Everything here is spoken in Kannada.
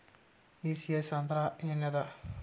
ಈ.ಸಿ.ಎಸ್ ಅಂದ್ರ ಏನದ?